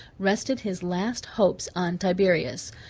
rested his last hopes on tiberius,